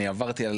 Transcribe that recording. או